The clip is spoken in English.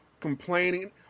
complaining